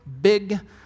big